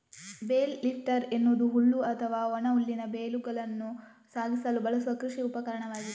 bale lifter ಎನ್ನುವುದು ಹುಲ್ಲು ಅಥವಾ ಒಣ ಹುಲ್ಲಿನ ಬೇಲುಗಳನ್ನು ಸಾಗಿಸಲು ಬಳಸುವ ಕೃಷಿ ಉಪಕರಣವಾಗಿದೆ